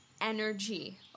Energy